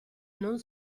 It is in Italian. non